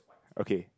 okay